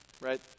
Right